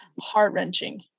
heart-wrenching